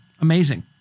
amazing